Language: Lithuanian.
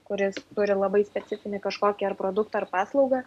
kuris turi labai specifinį kažkokį ar produktą ar paslaugą